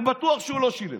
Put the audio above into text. אני בטוח שהוא לא שילם,